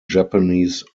japanese